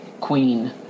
queen